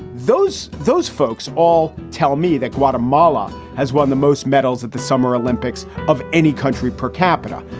those those folks all tell me that guatemala has won the most medals at the summer olympics of any country per capita.